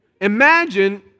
Imagine